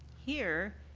here,